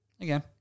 Again